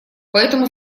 поэтому